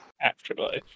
Afterlife